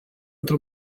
într